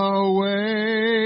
away